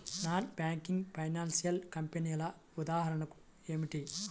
Non banking financial కంపెనీల ఉదాహరణలు ఏమిటి?